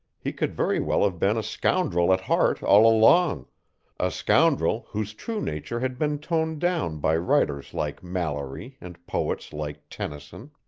he could very well have been a scoundrel at heart all along a scoundrel whose true nature had been toned down by writers like malory and poets like tennyson.